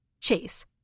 Chase